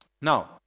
Now